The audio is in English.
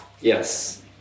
Yes